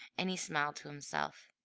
and he smiled to himself.